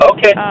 Okay